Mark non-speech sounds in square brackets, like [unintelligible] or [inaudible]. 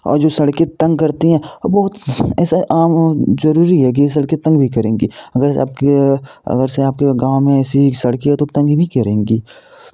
और जो सड़के तंग करती हैं [unintelligible] बहुत ऐसा [unintelligible] जरुरी है की ये सड़के तंग भी करेंगी अगर आपके अगर से आपके गाँव में ऐसी ही सड़के हैं तो तंग भी करेंगी